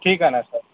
ठीक आहे ना सर